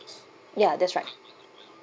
ya that's right